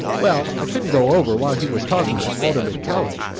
well, i couldn't go over while he was talking to alderman cowley.